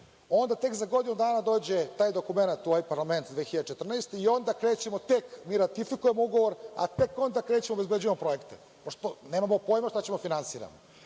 onda tek za godinu dana dođe taj dokument u ovaj parlament 2014. i onda krećemo tek, mi ratifikujemo ugovor, a tek onda krećemo da obezbeđujemo projekte, pošto nemamo pojma šta ćemo da finansiramo.